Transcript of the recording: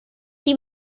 die